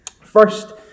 first